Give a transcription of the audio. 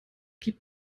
gibt